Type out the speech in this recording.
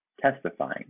testifying